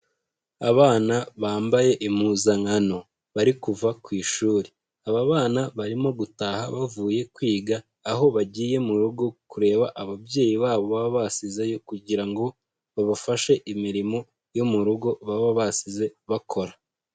Abana bambaye impuzankano bari kuva ku ishuri. Aba bana barimo gutaha bavuye kwiga, aho bagiye mu rugo kureba ababyeyi babo baba basizeyo kugira ngo babafashe imirimo yo mu rugo baba basize bakora.